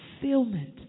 fulfillment